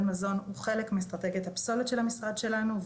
מזון הוא חלק מאסטרטגיית הפסולת של המשרד שלנו,